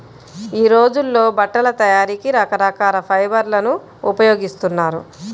యీ రోజుల్లో బట్టల తయారీకి రకరకాల ఫైబర్లను ఉపయోగిస్తున్నారు